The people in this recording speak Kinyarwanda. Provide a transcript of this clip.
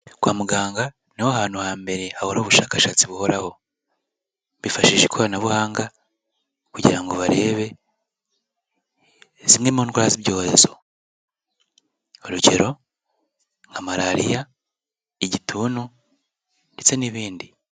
Kwa muganga niho hantu hambere hahora ubushakashatsi buhoraho, bifashisha ikoranabuhanga kugira ngo barebe zimwe mu ndwara z'ibyorezo, urugero nka malariya, igituntu ndetse n'ibindi.